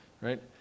right